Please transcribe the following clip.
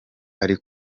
ari